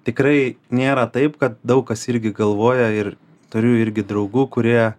tikrai nėra taip kad daug kas irgi galvoja ir turiu irgi draugų kurie